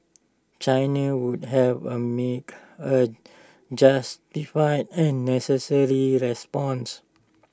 China would have A make A justified and necessary response